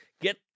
get